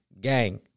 Gang